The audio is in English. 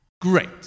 Great